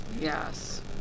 Yes